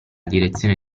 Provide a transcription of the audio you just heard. direzione